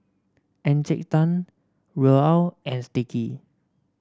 Encik Tan Raoul and Sticky